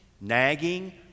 nagging